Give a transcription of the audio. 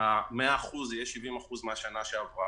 ה-100% יהיה 70% מהשנה שעברה.